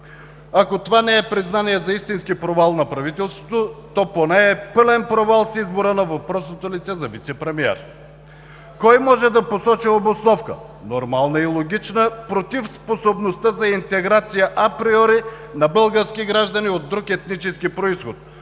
Ако това не е признание за истински провал на правителството, то поне е пълен провал с избора на въпросното лице за вицепремиер. Кой може да посочи обосновка – нормална и логична, против способността за интеграция априори на български граждани от друг етнически произход,